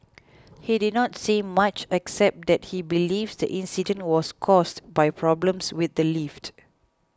he did not say much except that he believes the incident was caused by problems with the lift